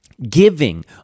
Giving